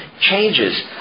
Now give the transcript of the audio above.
changes